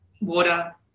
water